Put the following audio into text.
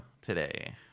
Today